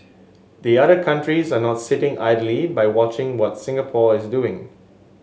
the other countries are not sitting idly by watching what Singapore is doing